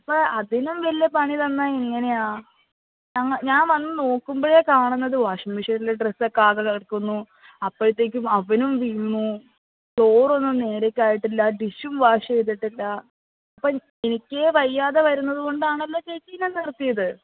അപ്പോൾ അതിനും വലിയ പണി തന്നാൽ എങ്ങനെയാണ് ഞാൻ വന്ന് നോക്കുമ്പോഴേക്കും കാണുന്നത് വാഷിംഗ് മെഷീനിൽ ഡ്രെസ്സൊക്കെ ആകെ കിടക്കുന്നു അപ്പോഴത്തേക്ക് അവനും വീണു ചോറൊന്നും നേരേ ആയിട്ടില്ല ഡിഷും വാഷ് ചെയ്തിട്ടില്ല അപ്പോൾ എനിക്കേ വയ്യാതെ വരുന്നത് കൊണ്ടാണല്ലോ ചേച്ചീനെ നിർത്തിയത്